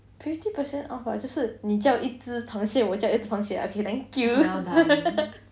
fifty percent off [what] 就是你叫一只螃蟹我叫一只螃蟹 ah okay thank you